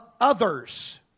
others